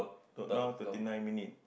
don't know now thirty nine minute